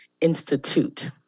Institute